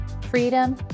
freedom